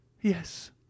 Yes